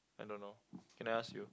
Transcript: I don't know can I ask you